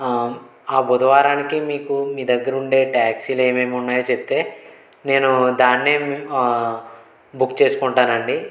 ఆ బుధవారానికి మీకు మీ దగ్గర ఉండే ట్యాక్సీలు ఏమేమి ఉన్నాయి చెప్తే నేను దాన్నే బుక్ చేసుకుంటానండి